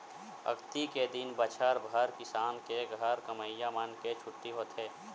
अक्ती के दिन बछर भर किसान के घर के कमइया मन के छुट्टी होथे